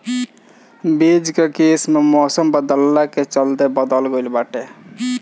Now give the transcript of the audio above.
बीज कअ किस्म मौसम बदलला के चलते बदल गइल बाटे